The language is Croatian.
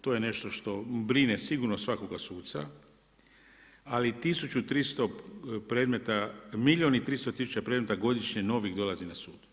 to je nešto što brine sigurno svakoga suca, ali 1300 predmeta, milijun i 300 tisuća predmeta, godišnje, novih dolazi na sud.